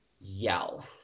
yell